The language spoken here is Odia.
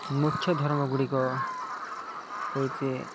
ମୁଖ୍ୟ ଧର୍ମଗୁଡ଼ିକ ହେଉଛି